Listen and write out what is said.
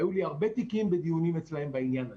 היו לי הרבה תיקים בדיונים אצלם בעניין הזה.